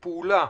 לבצע בפעולה